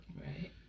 Right